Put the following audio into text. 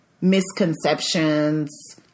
misconceptions